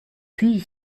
puis